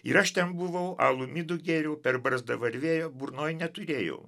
ir aš ten buvau alų midų gėriau per barzdą varvėjo burnoj neturėjau